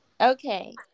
okay